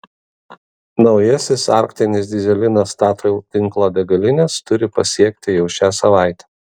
naujasis arktinis dyzelinas statoil tinklo degalines turi pasiekti jau šią savaitę